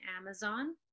Amazon